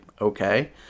okay